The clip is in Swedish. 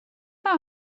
vad